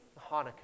Hanukkah